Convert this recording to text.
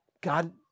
God